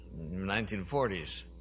1940s